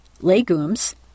legumes